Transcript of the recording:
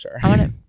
Sure